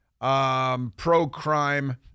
pro-crime